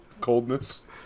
coldness